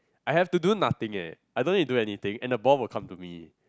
I have to do nothing eh I don't need do anything and the ball will come to me